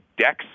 decks